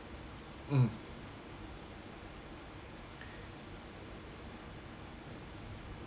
mm